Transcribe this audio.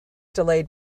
delayed